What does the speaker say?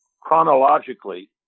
chronologically